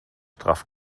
straff